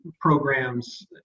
programs